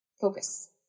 focus